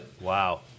Wow